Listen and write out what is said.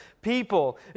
people